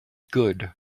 good